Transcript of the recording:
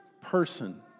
person